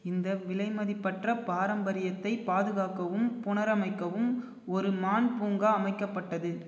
இந்த விலைமதிப்பற்ற பாரம்பரியத்தைப் பாதுகாக்கவும் புனரமைக்கவும் ஒரு மான் பூங்கா அமைக்கப்பட்டது